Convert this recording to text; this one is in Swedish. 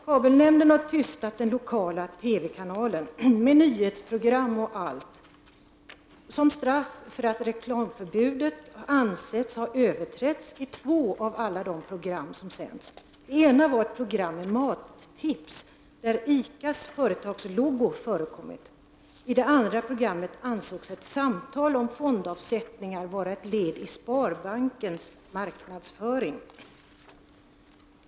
Kabelnämnden har tystat den lokala TV-kanalen med nyhetsprogram och allt, som straff för att reklamförbudet ansetts ha blivit överträtt i två av alla de program som sänts. Det ena var ett program med mattips, där ICA:s företagslogotype förekommit. I det andra programmet ansågs ett samtal om fondavsättningar vara ett led i Nya Sparbankens marknadsföring.